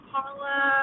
Paula